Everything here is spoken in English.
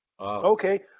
okay